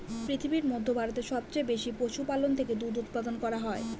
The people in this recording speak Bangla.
পৃথিবীর মধ্যে ভারতে সবচেয়ে বেশি পশুপালন থেকে দুধ উপাদান করা হয়